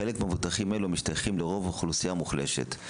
חלק ממבוטחים אלו משתייכים לרוב האוכלוסייה המוחלשת,